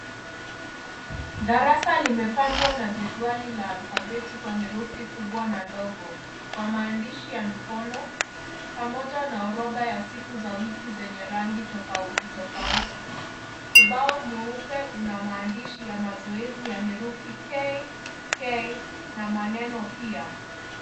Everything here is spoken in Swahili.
Darasa limepambwa na jedwali la alphabeti kwa herufi kubwa na ndogo kwa mahandishi ya mkono pamoja na orodha ya siku za wiki zenye rangi tofauti tofauti. Ubao mweupe una mahandishi ya mazoezi ya herufi kk na maneno pia.